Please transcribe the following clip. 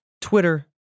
Twitter